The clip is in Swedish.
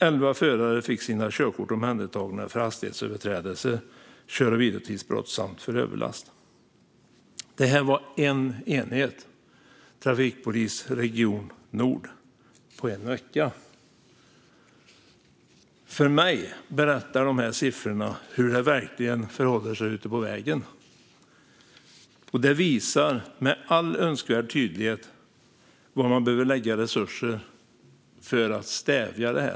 11 förare fick sina körkort omhändertagna för hastighetsöverträdelser, kör och vilotidsbrott samt för överlast." Det här var en enhet, trafikpolisen i polisregion Nord, på en vecka. För mig berättar dessa siffror hur det verkligen förhåller sig ute på vägen. Det visar med all önskvärd tydlighet var man behöver lägga resurser för att stävja detta.